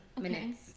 minutes